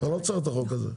אני לא צריך את החוק הזה.